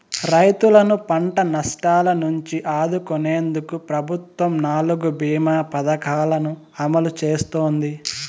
రైతులను పంట నష్టాల నుంచి ఆదుకునేందుకు ప్రభుత్వం నాలుగు భీమ పథకాలను అమలు చేస్తోంది